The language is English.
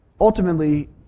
ultimately